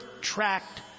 tract